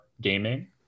gaming